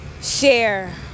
share